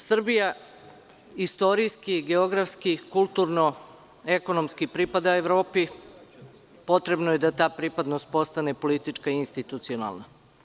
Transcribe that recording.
Srbija istorijski, geografski, kulturno, ekonomski pripada Evropi i potrebno je da ta pripadnost postane politička i institucionalna.